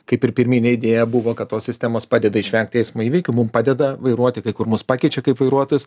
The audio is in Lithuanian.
kaip ir pirminė idėja buvo kad tos sistemos padeda išvengt eismo įvykių mum padeda vairuoti kai kur mus pakeičia kaip vairuotojus